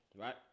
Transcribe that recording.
Right